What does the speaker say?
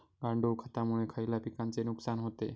गांडूळ खतामुळे खयल्या पिकांचे नुकसान होते?